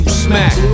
smack